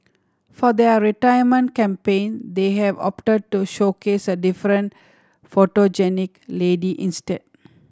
for their retirement campaign they have opted to showcase a different photogenic lady instead